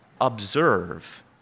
observe